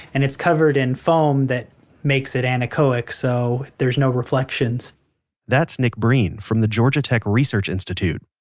and it's covered in foam that makes it anechoic so there's no reflections that's nick breen from the georgia tech research institute.